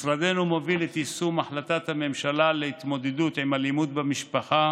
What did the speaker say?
משרדנו מוביל את יישום החלטת הממשלה להתמודדות עם אלימות במשפחה,